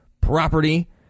property